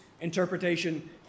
interpretation